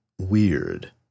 weird